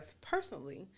personally